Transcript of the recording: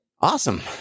Awesome